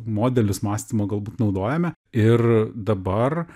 modelius mąstymo galbūt naudojame ir dabar